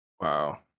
Wow